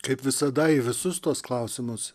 kaip visada į visus tuos klausimus